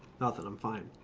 nothing, i'm fine.